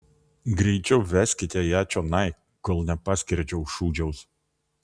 greičiau veskite ją čionai kol nepaskerdžiau šūdžiaus